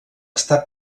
està